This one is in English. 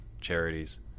charities